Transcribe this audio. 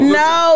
no